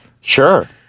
Sure